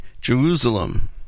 Jerusalem